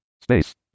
Space